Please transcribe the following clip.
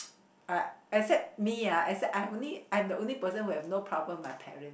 uh except me ah except I am only I am the only person who have no problems my parents